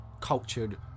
cultured